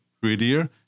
prettier